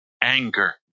Anger